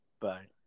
Bye